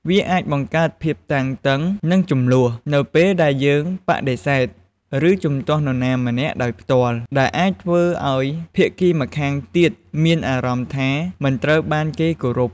វាអាចបង្កើតភាពតានតឹង និងជម្លោះ នៅពេលដែលយើងបដិសេធ ឬជំទាស់នរណាម្នាក់ដោយផ្ទាល់ ដែលអាចធ្វើឲ្យភាគីម្ខាងទៀតមានអារម្មណ៍ថាមិនត្រូវបានគេគោរព ។